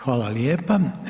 Hvala lijepa.